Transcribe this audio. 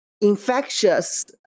infectious